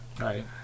Right